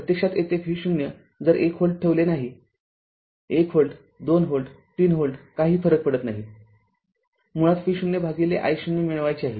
प्रत्यक्षात येथे V0 जर १ व्होल्ट ठेवले नाही१ व्होल्ट२ व्होल्ट३ व्होल्ट काही फरक पडत नाही मुळात V0 भागिले i0 मिळवायचे आहे